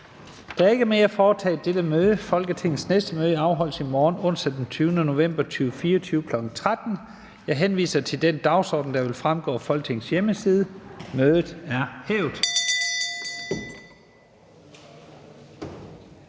Der er ikke mere at foretage i dette møde. Folketingets næste møde afholdes i morgen, onsdag den 20. november 2024 kl. 13.00. Jeg henviser til den dagsorden, der vil fremgå af Folketingets hjemmeside. Mødet er hævet.